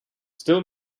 still